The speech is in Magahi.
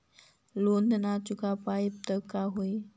लोन न चुका पाई तब का होई?